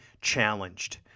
challenged